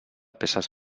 peces